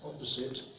opposite